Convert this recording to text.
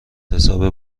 حساب